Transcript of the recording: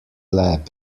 lab